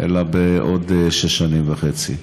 אלא בעוד שש שנים וחצי.